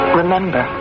remember